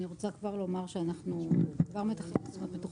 אני רוצה לומר שמיד כשנסיים